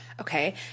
Okay